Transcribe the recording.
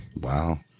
wow